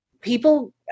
people